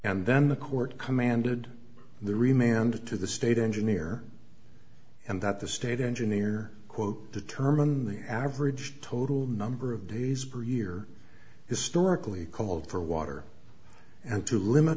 and then the court commanded the re manned to the state engineer and that the state engineer quote determine the average total number of days per year historically called for water and to limit